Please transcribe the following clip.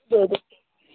दो दिन